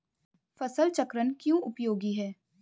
फसल चक्रण क्यों उपयोगी है?